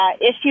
issue